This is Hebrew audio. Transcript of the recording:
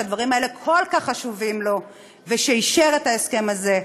שהדברים האלה כל כך חשובים לו ושאישר את ההסכם הזה.